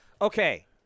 Okay